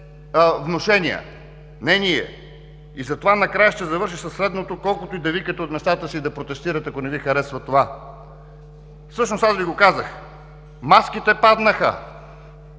внушения, не ние. И затова накрая ще завърша със следното, колкото и да викате от местата си и да протестирате, ако не Ви харесва това. Всъщност аз Ви го казах: маските паднаха,